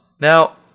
Now